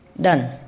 done